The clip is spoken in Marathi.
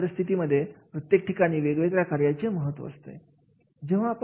नव्या परिस्थितीमध्ये प्रत्येक ठिकाणी वेगवेगळ्या कार्याचे वेगवेगळे महत्त्व असते